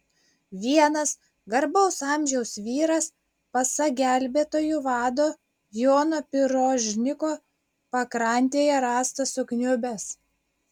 vienas garbaus amžiaus vyras pasak gelbėtojų vado jono pirožniko pakrantėje rastas sukniubęs